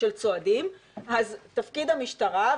של צועדים אז תפקיד המשטרה,